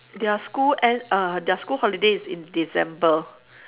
their school end uh their school holiday is in december